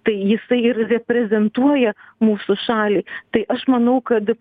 tai jisai ir reprezentuoja mūsų šalį tai aš manau kad